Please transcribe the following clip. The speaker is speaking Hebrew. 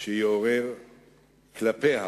שיעורר כלפיה